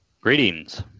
greetings